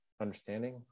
understanding